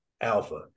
alpha